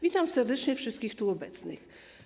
Witam serdecznie wszystkich tu obecnych.